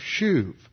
shuv